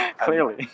Clearly